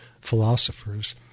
philosophers